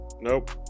Nope